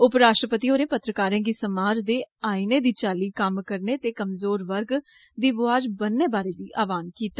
उपराश्ट्रपति होरें पत्रकारें गी समाज दे आइनें दी चाल्ली कम्म करने ते कमज़ोर वर्ग दी बुआज बनने बारै बी आहवान कीता